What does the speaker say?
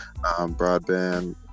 broadband